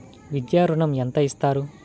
విద్యా ఋణం ఎంత ఇస్తారు?